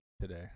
today